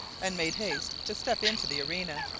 and made haste to step into the arena.